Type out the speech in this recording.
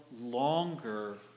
longer